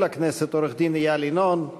עורך-הדין איל ינון,